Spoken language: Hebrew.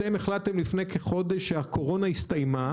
אתם החלטתם לפני כחודש שהקורונה הסתיימה.